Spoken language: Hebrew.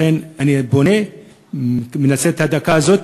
לכן, אני מנצל את הדקה הזאת